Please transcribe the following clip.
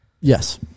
Yes